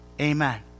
Amen